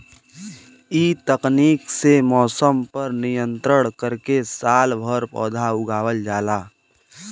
इ तकनीक से मौसम पर नियंत्रण करके सालभर पौधा उगावल जाला